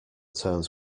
terms